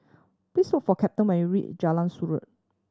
please look for Captain when you reach Jalan Surau